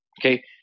Okay